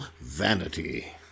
vanity